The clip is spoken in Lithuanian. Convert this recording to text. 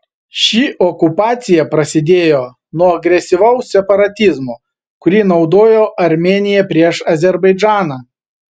ši okupacija prasidėjo nuo agresyvaus separatizmo kurį naudojo armėnija prieš azerbaidžaną